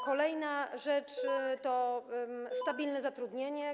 Kolejna rzecz to stabilne zatrudnienie.